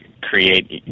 create